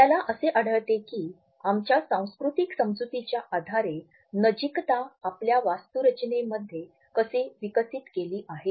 आपल्याला असे आढळते की आमच्या सांस्कृतिक समजुतीच्या आधारे नजीकता आपल्या वास्तुरचनेमध्ये कसे विकसित केले आहे